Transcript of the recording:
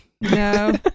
No